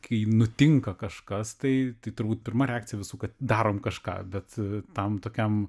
kai nutinka kažkas tai tai turbūt pirma reakcija visų kad darom kažką bet tam tokiam